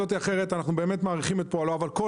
שאנחנו מעריכים את פועלו בצורה כזו או אחרת.